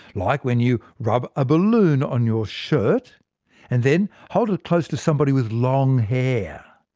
like when you rub a balloon on your shirt and then hold it close to somebody with long hair.